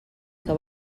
que